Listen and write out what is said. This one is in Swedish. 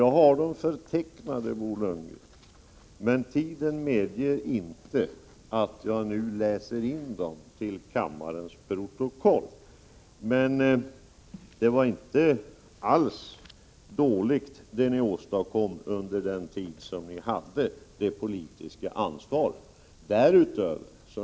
Jag har dem förtecknade, Bo Lundgren, men tiden medger inte att jag nu läser in dem till kammarens protokoll. Det var emellertid inget dåligt antal höjningar ni åstadkom när ni hade det politiska ansvaret.